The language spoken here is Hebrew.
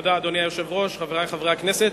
אדוני היושב-ראש, תודה, חברי חברי הכנסת,